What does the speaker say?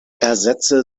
ersetze